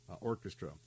Orchestra